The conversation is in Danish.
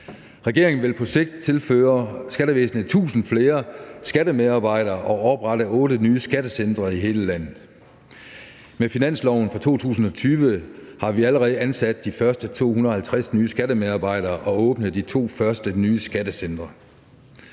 Regeringen vil på sigt tilføre skattevæsenet 1.000 flere skattemedarbejdere og oprette otte nye skattecentre i hele landet. Med finansloven for 2020 har vi allerede ansat de første 250 nye skattemedarbejdere og åbnet de to første nye skattecentre.